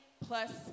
plus